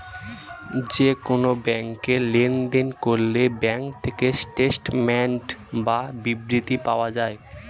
যে কোন ব্যাংকে লেনদেন করলে ব্যাঙ্ক থেকে স্টেটমেন্টস বা বিবৃতি পাওয়া যায়